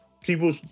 people